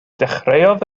dechreuodd